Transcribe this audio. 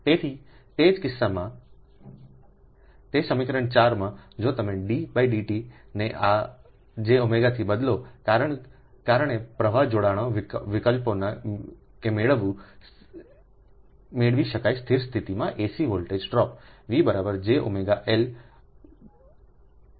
તેથી તે કિસ્સામાં તે સમીકરણ 4 માં જો તમે ddt ને ઓ j થી બદલોકારણે પ્રવાહ જોડાણો વિકલ્પોનું કે મેળવી શકાય સ્થિર સ્થિતિમાં AC voltage drop VjωlIjωλλ LiI ની છે